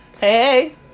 Hey